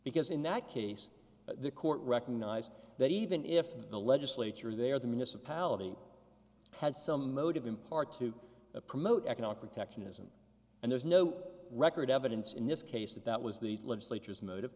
because in that case the court recognized that even if the legislature there the municipality had some motive in part to promote economic protectionism and there's no record evidence in this case that that was the legislature's motive